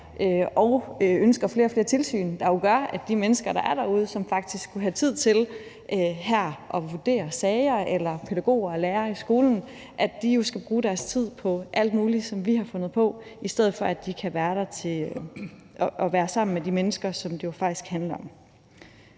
og ønsker flere og flere tilsyn, hvilket jo gør, at de mennesker, der er derude, som faktisk skulle have tid til at vurdere sager eller at være pædagoger og lærere i skolen, skal bruge deres tid på alt muligt, som vi har fundet på, i stedet for at de kan være sammen med de mennesker, som det jo faktisk handler om.